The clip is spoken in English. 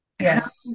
Yes